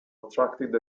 attracted